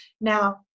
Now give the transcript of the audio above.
Now